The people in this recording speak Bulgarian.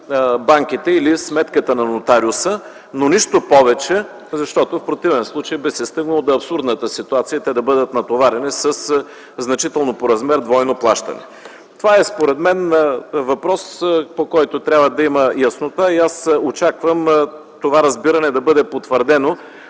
банките или сметката на нотариуса, но нищо повече. В противен случай би се стигнало до абсурдната ситуация те да бъдат натоварени със значително по размер двойно плащане. Според мен това е въпрос, по който трябва да има яснота, и аз очаквам това разбиране да бъде потвърдено